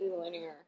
linear